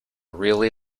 really